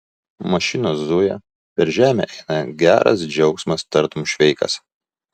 mašinos zuja per žemę eina geras džiaugsmas tartum šveikas